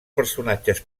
personatges